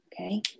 Okay